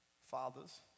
Fathers